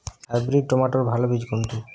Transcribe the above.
Hybrid টমেটোর ভালো বীজ কোনটি?